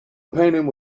painting